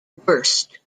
worst